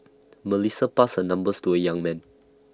Melissa passed her numbers to A young man